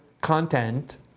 content